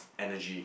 energy